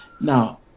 Now